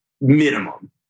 minimum